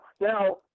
Now